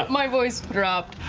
my voice dropped.